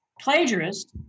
plagiarist